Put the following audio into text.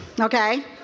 okay